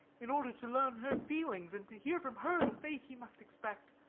in order to learn her feelings and to hear from her the fate he must expect.